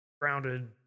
Grounded